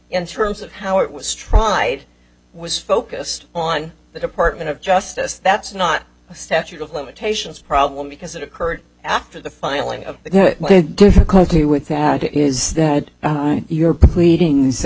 in terms of how it was tried was focused on the department of justice that's not a statute of limitations problem because it occurred after the filing of the difficulty with that is that your pleading